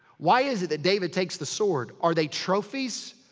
why is it that david takes the sword? are they trophies?